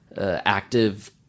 active